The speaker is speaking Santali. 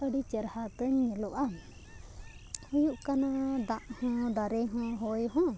ᱟᱹᱰᱤ ᱪᱮᱨᱦᱟ ᱛᱤᱧ ᱧᱮᱞᱚᱜᱼᱟ ᱦᱩᱭᱩᱜ ᱠᱟᱱᱟ ᱫᱟᱜ ᱦᱚᱸ ᱫᱟᱨᱮ ᱦᱚᱸ ᱦᱚᱭ ᱦᱚᱸ